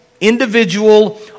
individual